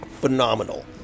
phenomenal